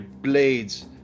blades